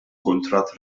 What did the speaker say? kuntratt